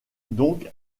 donc